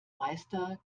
meister